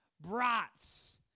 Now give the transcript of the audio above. brats